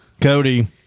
Cody